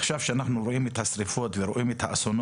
עכשיו כשאנחנו רואים את השריפות והאסונות,